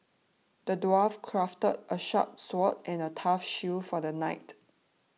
the dwarf crafted a sharp sword and a tough shield for the knight